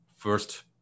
First